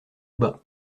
bas